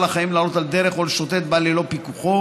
החיים לעלות על דרך או לשוטט בה ללא פיקוחו,